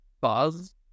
buzz